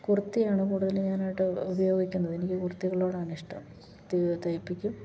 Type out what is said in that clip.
കുർത്തിയാണ് കൂടുതൽ മെയ്ൻ ആയിട്ട് ഉപയോഗിക്കുന്നത് എനിക്ക് കുർത്തികളോടാണിഷ്ടം കുർത്തി തയ്പ്പിക്കും